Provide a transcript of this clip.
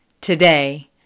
Today